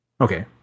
Okay